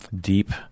deep